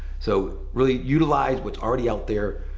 so really utilize what's already out there.